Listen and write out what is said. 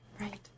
right